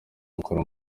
gukora